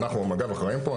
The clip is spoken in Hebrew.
אנחנו מג"ב אחראים פה,